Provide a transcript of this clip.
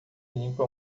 limpa